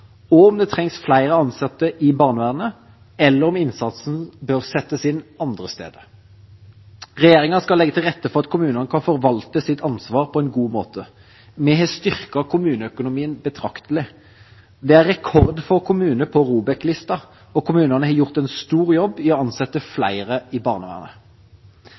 og om det trengs flere ansatte i barnevernet, eller om innsatsen bør settes inn andre steder. Regjeringa skal legge til rette for at kommunene kan forvalte sitt ansvar på en god måte. Vi har styrket kommuneøkonomien betraktelig. Det er rekordfå kommuner på ROBEK-lista, og kommunene har gjort en stor jobb med å ansette flere i barnevernet.